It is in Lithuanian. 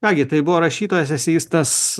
ką gi tai buvo rašytojas eseistas